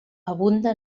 abunda